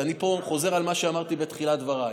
ואני פה חוזר על מה שאמרתי בתחילת דבריי: